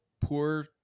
Poor